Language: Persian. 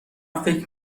فکر